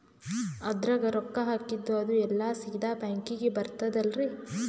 ಅದ್ರಗ ರೊಕ್ಕ ಹಾಕಿದ್ದು ಅದು ಎಲ್ಲಾ ಸೀದಾ ಬ್ಯಾಂಕಿಗಿ ಬರ್ತದಲ್ರಿ?